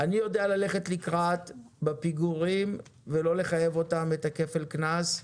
אני יודע ללכת לקראת בפיגורים ולא לחייב את כפל הקנס,